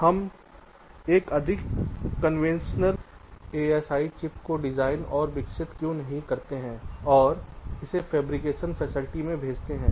हम एक अधिक कन्वेंशनल ASIC चिप को डिजाइन और विकसित क्यों नहीं करते और इसे फैब्रिकेशन सुविधा फेब्रिकेशन फैसिलिटी में भेजते हैं